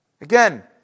again